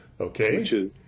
Okay